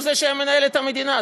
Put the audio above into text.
הוא זה שהיה מנהל את המדינה.